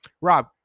Rob